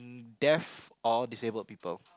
deaf or disabled people